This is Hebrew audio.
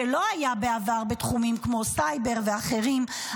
שלא היה בעבר בתחומים כמו סייבר ואחרים,